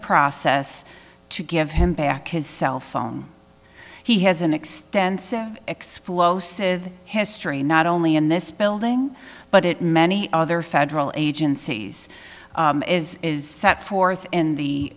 process to give him back his cell phone he has an extensive explosive history not only in this building but it many other federal agencies is set forth in the